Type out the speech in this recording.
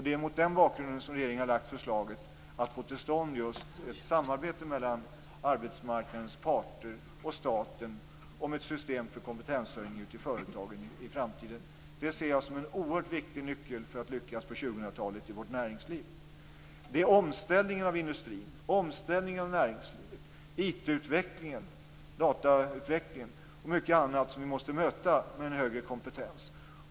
Det är mot den bakgrunden som regeringen har lagt förslaget att få till stånd just ett samarbete mellan arbetsmarknadens parter och staten om ett system för kompetenshöjning i företagen i framtiden. Det ser jag som en oerhört viktig nyckel för att lyckas i vårt näringsliv på 2000-talet. Omställningen av industrin, omställningen av näringslivet, IT-utvecklingen, datautvecklingen och mycket annat måste vi möta med en högre kompetens.